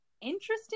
interesting